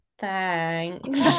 thanks